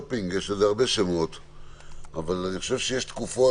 אבל אני חושב שיש תקופות,